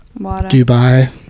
Dubai